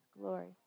Glory